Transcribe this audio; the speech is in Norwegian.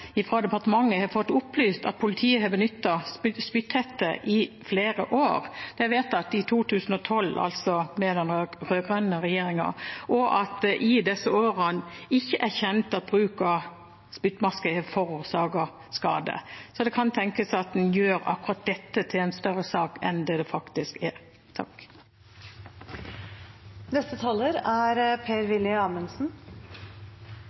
har fått opplyst fra departementet at politiet har benyttet spytthetter i flere år – det ble vedtatt i 2012, altså under den rød-grønne regjeringen – og at det i disse årene ikke er kjent at bruk av spytthette har forårsaket skade. Så det kan tenkes at en gjør akkurat dette til en større sak enn det det faktisk er.